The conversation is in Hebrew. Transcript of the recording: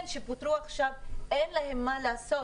כשפוטרו עכשיו, אין להם מה לעשות.